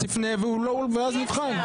אז תפנה ואז נבחן.